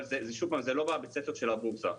אבל זה לא בבית הספר של הבורסה.